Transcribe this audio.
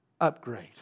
upgrade